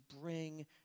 bring